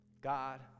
God